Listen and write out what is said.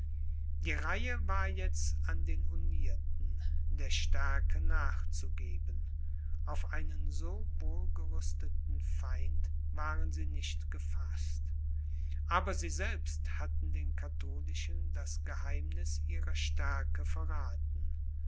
die reihe war jetzt an den unierten der stärke nachzugeben auf einen so wohl gerüsteten feind waren sie nicht gefaßt aber sie selbst hatten den katholischen das geheimniß ihrer stärke verrathen